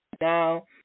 now